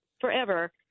Forever